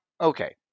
okay